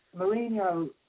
Mourinho